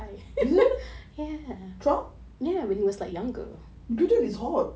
who trump biden is hot